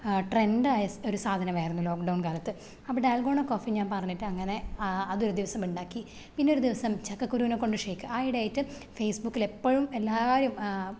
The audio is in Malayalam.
ട്രെൻറ്റായ ഒരു സാധനമായിരുന്നു ലോക്ക് ഡൗൺ കാലത്ത് അപ്പം ഡാൽഗോണ കോഫീ ഞാൻ പറഞ്ഞിട്ട് അങ്ങനെ അതൊരു ദിവസം ഉണ്ടാക്കി പിന്നെ ഒരു ദിവസം ചക്കക്കുരുനെ കൊണ്ട് ഷേക്ക് ആ ഇടേയായിട്ട് ഫേസ് ബുക്കിലെപ്പോഴും എല്ലാവരും